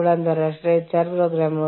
ആഗോള സഹകരണ സമയത്ത് പരിഹരിക്കേണ്ട ചോദ്യങ്ങൾ